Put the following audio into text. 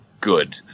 good